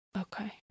Okay